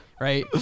right